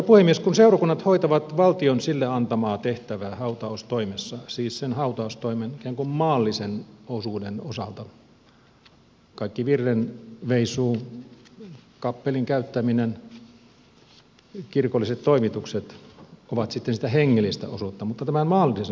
kun seurakunnat hoitavat valtion antamaa tehtävää hautaustoimessaan siis sen hautaustoimen ikään kuin maallisen osuuden osalta kaikki virrenveisuu kappelin käyttäminen kirkolliset toimitukset ovat sitten sitä hengellistä osuutta mutta tämä analyysi